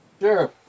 Sure